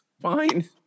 fine